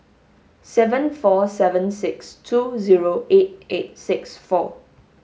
seven four seven six two zero eight eight six four